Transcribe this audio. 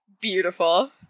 Beautiful